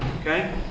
Okay